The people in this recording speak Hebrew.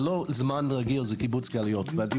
זה לא זמן רגיל, זה קיבוץ גלויות.